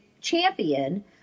Champion